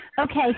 Okay